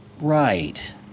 right